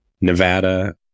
Nevada